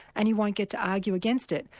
and you won't get to argue against it.